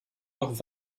noch